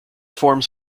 forms